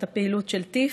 את הפעילות של טי"פ.